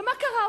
ומה קרה?